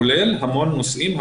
כולל המון נושאים,